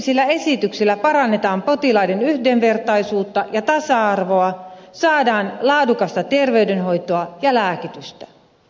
tämäntyyppisillä esityksillä parannetaan potilaiden yhdenvertaisuutta ja tasa arvoa saadaan laadukasta terveydenhoitoa ja lääkitystä